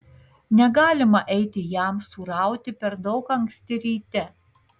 negalima eiti jamsų rauti per daug anksti ryte